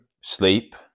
sleep